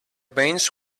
veins